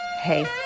hey